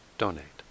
donate